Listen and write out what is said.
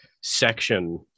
section